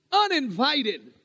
uninvited